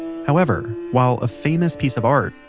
however, while a famous piece of art,